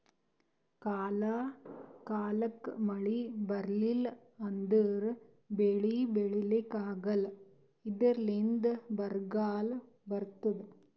ಕಾಲ್ ಕಾಲಕ್ಕ್ ಮಳಿ ಬರ್ಲಿಲ್ಲ ಅಂದ್ರ ಬೆಳಿ ಬೆಳಿಲಿಕ್ಕ್ ಆಗಲ್ಲ ಇದ್ರಿಂದ್ ಬರ್ಗಾಲ್ ಬರ್ತದ್